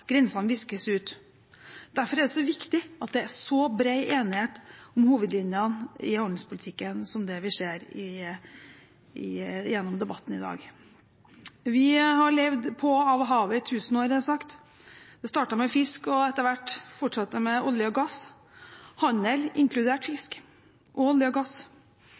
Grensene viskes ut. Derfor er det viktig at det er så bred enighet om hovedlinjene i handelspolitikken som det vi ser gjennom debatten i dag. Vi har levd på og av havet i tusen år, har det blitt sagt. Det startet med fisk og fortsatte etter hvert med olje og gass. Handel – inkludert fisk, olje og gass